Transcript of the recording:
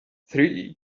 three